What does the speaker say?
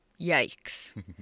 Yikes